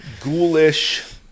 ghoulish